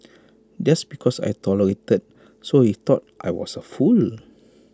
just because I tolerated thought he I was A fool